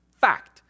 Fact